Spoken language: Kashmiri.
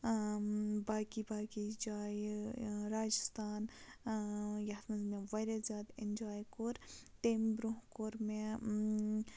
باقٕے باقٕے جایہِ راجِستھان یَتھ منٛز مےٚ واریاہ زیادٕ اٮ۪نجاے کوٚر تمہِ برٛونٛہہ کوٚر مےٚ